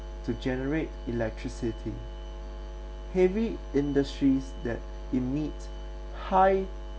to generate electricity heavy industries that emit high